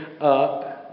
up